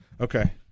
okay